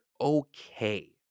okay